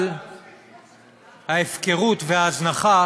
אבל ההפקרות וההזנחה